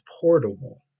portable